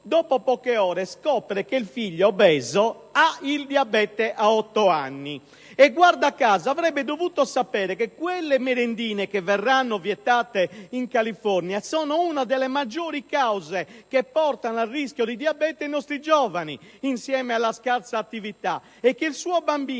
dopo poche ore scopre che il figlio obeso ha il diabete, a otto anni e, guarda caso, avrebbe dovuto sapere che le merendine che verranno vietate in California sono una delle maggiori cause di diabete per i nostri giovani, insieme alla scarsa attività. Inoltre, avrebbe